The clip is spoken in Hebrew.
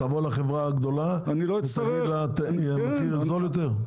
לחברה הגדולה ותגיד לה תני לי מחיר זול יותר?